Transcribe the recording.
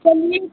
चलिए